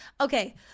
Okay